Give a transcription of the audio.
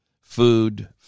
Food